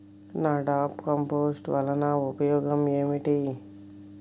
NADEP compost వలన ఉపయోగం ఏమిటి?